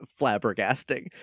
flabbergasting